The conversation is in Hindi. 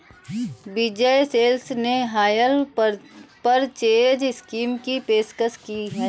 विजय सेल्स ने हायर परचेज स्कीम की पेशकश की हैं